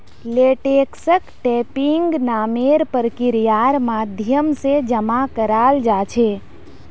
लेटेक्सक टैपिंग नामेर प्रक्रियार माध्यम से जमा कराल जा छे